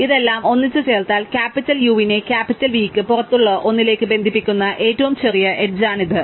അതിനാൽ ഇതെല്ലാം ഒന്നിച്ചുചേർത്താൽ ക്യാപിറ്റൽ U നെ ക്യാപിറ്റൽ V യ്ക്ക് പുറത്തുള്ള ഒന്നിലേക്ക് ബന്ധിപ്പിക്കുന്ന ഏറ്റവും ചെറിയ എഡ്ജ് ആണിത്